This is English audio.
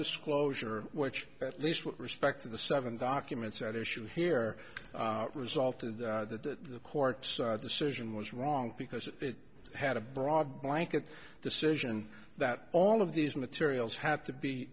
disclosure which at least with respect to the seven documents at issue here resulted that the court's decision was wrong because it had a broad blanket decision that all of these materials had to